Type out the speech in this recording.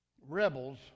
rebels